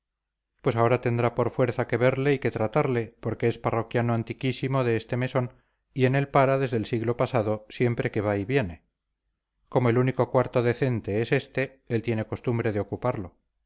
pues ahora tendrá por fuerza que verle y que tratarle porque es parroquiano antiquísimo de este mesón y en él para desde el siglo pasado siempre que va y viene como el único cuarto decente es este él tiene costumbre de ocuparlo